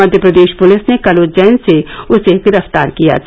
मध्य Pradesh police ने कल उज्जैन से उसे गिरफ्तार किया था